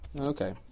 Okay